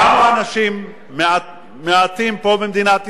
כמה אנשים מעטים פה, במדינת ישראל,